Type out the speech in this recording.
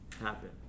happen